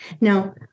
Now